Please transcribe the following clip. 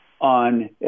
on